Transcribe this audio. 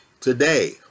today